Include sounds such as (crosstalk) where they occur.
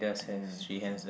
anyway (noise) ya